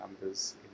numbers